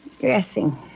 Dressing